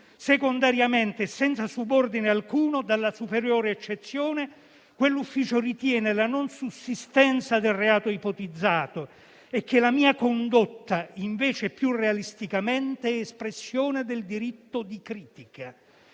secondariamente, senza subordine alcuno e dalla superiore eccezione, quell'ufficio ritiene la non sussistenza del reato ipotizzato e che la mia condotta invece è più realisticamente espressione del diritto di critica: